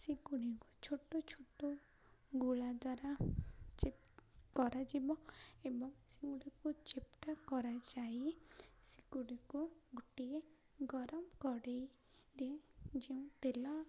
ସେିଗୁଡ଼ିକୁ ଛୋଟ ଛୋଟ ଗୁଳା ଦ୍ୱାରା ଚେପ କରାଯିବ ଏବଂ ସେଗୁଡ଼ିକୁ ଚେପ୍ଟା କରାଯାଇ ସେିଗୁଡ଼ିକୁ ଗୋଟିଏ ଗରମ କଡ଼େଇରେ ଯେଉଁ ତେଲ